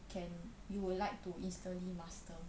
can you would like to easily master